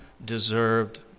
Deserved